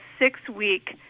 six-week